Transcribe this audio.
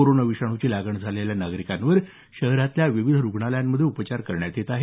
corona विषाणूची लागण झालेल्या नागरिकांवर शहरातल्या विविध रुग्णालयामध्ये उपचार करण्यात येत आहे